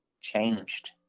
changed